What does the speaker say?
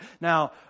Now